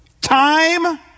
Time